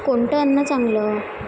कोणतं अन्न चांगलं